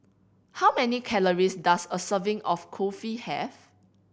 how many calories does a serving of Kulfi have